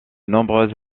nombreuses